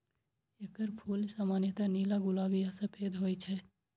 एकर फूल सामान्यतः नीला, गुलाबी आ सफेद होइ छै